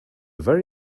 very